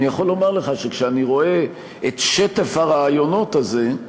אני יכול לומר לך שכשאני רואה את שטף הראיונות הזה,